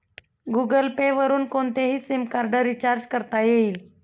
Google Pay वरुन कोणतेही SIM card recharge करता येईल